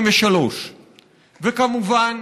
וכמובן,